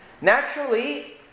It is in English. Naturally